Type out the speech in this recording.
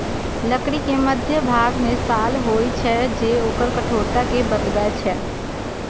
लकड़ी के मध्यभाग मे साल होइ छै, जे ओकर कठोरता कें बतबै छै